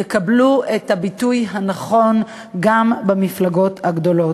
יקבלו את הביטוי הנכון גם במפלגות הגדולות.